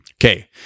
Okay